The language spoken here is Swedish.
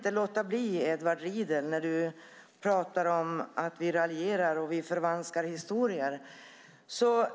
Edward Riedl pratar om att vi raljerar och förvanskar historien.